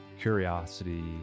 curiosity